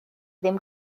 ddim